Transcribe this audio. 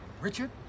Richard